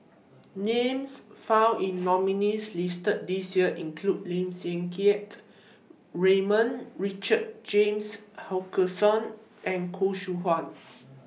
Names found in nominees' listed This Year include Lim Siang Keat Raymond Richard James Wilkinson and Khoo Seow Hwa